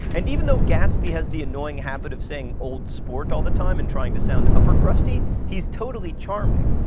and even though gatsby has the annoying habit of saying old sport all the time and trying to sound upper-crusty, he's totally charming.